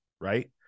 right